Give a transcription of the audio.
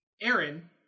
Aaron